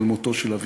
על מותו של אביך.